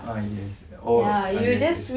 ah yes oh ah yes